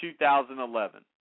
2011